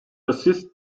assist